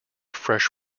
fresh